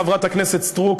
חברת הכנסת סטרוק,